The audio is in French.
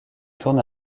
tourne